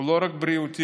הוא לא רק בריאותי,